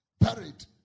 Buried